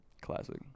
classic